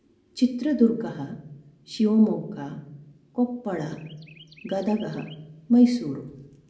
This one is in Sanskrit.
चित्रदुर्गः शिवमोग्गा कोप्पळ गदगः मैसूरु